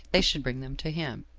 they should bring them to him.